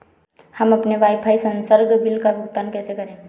हम अपने वाईफाई संसर्ग बिल का भुगतान कैसे करें?